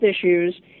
issues